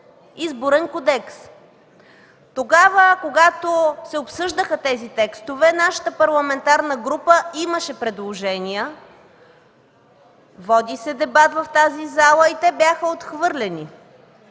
Изборен кодекс. Тогава, когато се обсъждаха тези текстове, нашата парламентарна група имаше предложения, води се дебат в тази зала и те бяха отхвърлени,